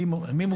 מי מוסמך להשעות.